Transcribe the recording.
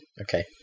Okay